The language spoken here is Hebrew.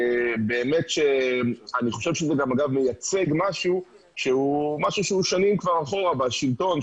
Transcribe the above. אני חושב שזה מייצג משהו שהוא שנים כבר אחורה בשלטון,